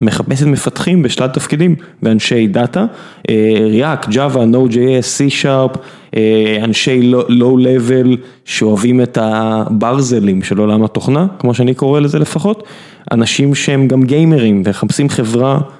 מחפשת מפתחים בשלל תפקידים באנשי Data, React, Java, Node.js, C-Sharp, אנשי Low-Level, שאוהבים את הברזלים של עולם התוכנה, כמו שאני קורא לזה לפחות, אנשים שהם גם גיימרים ומחפשים חברה.